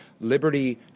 Liberty